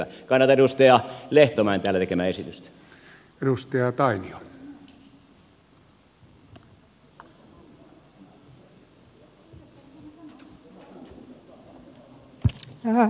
kannatan edustaja lehtomäen täällä tekemää esitystä